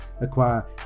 acquire